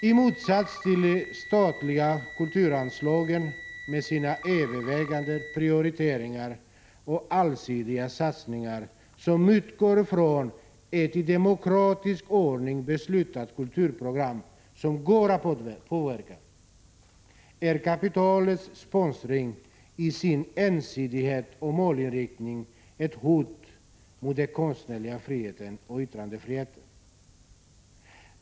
I motsats till de statliga kulturanslagen, med sina överväganden, prioriteringar och allsidiga satsningar, som utgår från ett i demokratisk ordning beslutat kulturprogram som går att påverka, är kapitalets sponsring i sin ensidighet och målinriktning ett hot mot den konstnärliga friheten och yttrandefriheten.